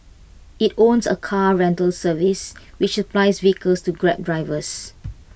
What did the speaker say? IT owns A car rental service which supplies vehicles to grab drivers